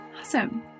Awesome